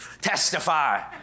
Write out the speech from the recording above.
testify